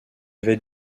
avait